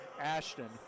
Ashton